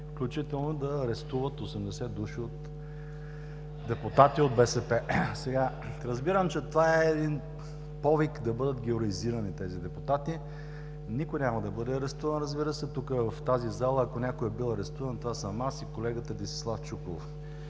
включително да арестуват 80 души депутати от БСП. (Смях отдясно.) Разбирам, че това е един повик да бъдат героизирани тези депутати. Никой няма да бъде арестуван, разбира се, тук, в тази зала. Ако някой е бил арестуван, това съм аз и колегата Десислав Чуколов,